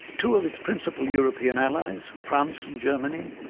two of its principal european allies, france and germany,